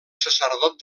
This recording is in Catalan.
sacerdot